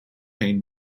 pain